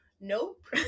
nope